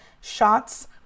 shots